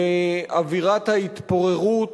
לאווירת ההתפוררות,